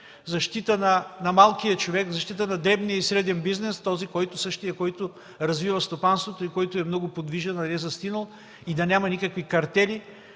защита на малкия човек, защита на дребния и среден бизнес – същият този, който развива стопанството и който е много подвижен, а не застинал, да няма никакви картели.